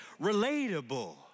relatable